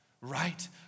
right